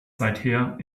seither